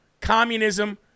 communism